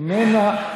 איננה,